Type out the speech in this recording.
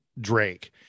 Drake